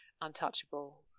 untouchable